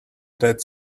that